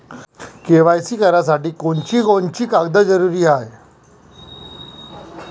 KYC करासाठी कोनची कोनची कागद जरुरी हाय?